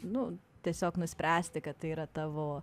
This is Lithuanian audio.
nu tiesiog nuspręsti kad tai yra tavo